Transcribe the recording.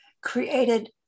created